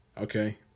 Okay